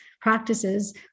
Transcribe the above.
practices